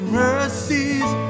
mercies